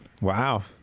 Wow